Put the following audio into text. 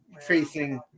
facing